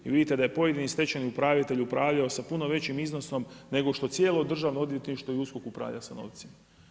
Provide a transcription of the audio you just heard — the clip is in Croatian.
I vidite da je pojedini stečajni upravitelj upravljao s puno većim iznosom, nego što cijelo Državno odvjetništvo i USKOK upravlja sa novcima.